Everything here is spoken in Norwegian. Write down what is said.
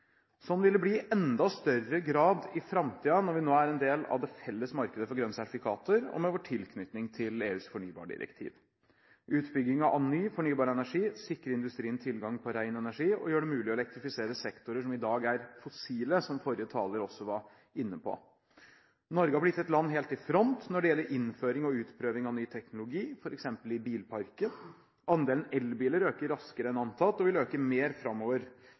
Sånn er det fortsatt. Sånn vil det bli i enda større grad i framtiden når vi nå er en del av det felles markedet for grønne sertifikater, og med vår tilknytning til EUs fornybardirektiv. Utbyggingen av ny, fornybar energi sikrer industrien tilgang på ren energi og gjør det mulig å elektrifisere sektorer som i dag er fossile, som forrige taler også var inne på. Norge har blitt et land helt i front når det gjelder innføring og utprøving av ny teknologi, f.eks. i bilparken. Andelen elbiler øker raskere enn antatt og vil øke mer framover